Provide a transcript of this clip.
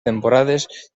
temporades